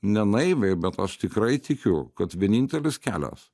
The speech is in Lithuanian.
ne naiviai bet aš tikrai tikiu kad vienintelis kelios